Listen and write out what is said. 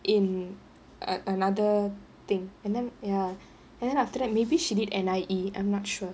in a~ another thing and then ya and then after that maybe she did N_I_E I'm not sure